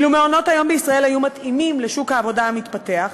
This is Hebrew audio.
אילו מעונות-היום בישראל היו מתאימים לשוק העבודה המתפתח,